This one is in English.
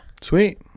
sweet